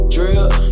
Drill